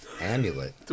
Amulet